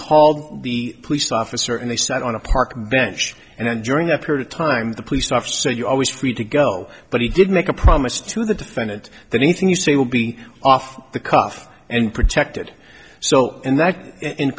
called the police officer and they sat on a park bench and then during that period of time the police off so you're always free to go but he did make a promise to the defendant that anything you say will be off the cuff and protected so and that in